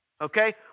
Okay